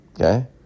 Okay